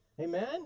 Amen